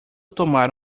tomar